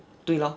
对 lor